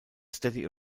steady